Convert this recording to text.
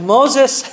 Moses